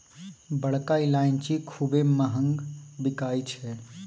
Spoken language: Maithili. बड़का ईलाइची खूबे महँग बिकाई छै